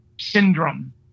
syndrome